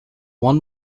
one